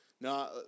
no